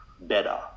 better